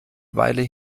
weile